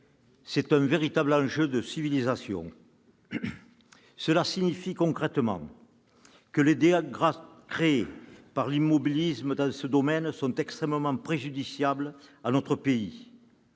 d'un véritable « enjeu de civilisation ». Cela signifie concrètement que les dégâts créés par l'immobilisme dans ce domaine sont extrêmement préjudiciables à notre pays.